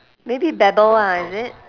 maybe babble ah is it